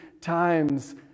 times